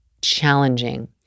challenging